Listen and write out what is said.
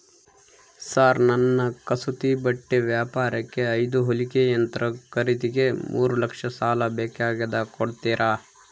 Sir ನನ್ನ ಕಸೂತಿ ಬಟ್ಟೆ ವ್ಯಾಪಾರಕ್ಕೆ ಐದು ಹೊಲಿಗೆ ಯಂತ್ರ ಖರೇದಿಗೆ ಮೂರು ಲಕ್ಷ ಸಾಲ ಬೇಕಾಗ್ಯದ ಕೊಡುತ್ತೇರಾ?